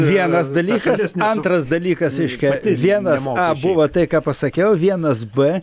vienas dalykas antras dalykas reiškia vienas a buvo tai ką pasakiau vienas b